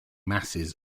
masses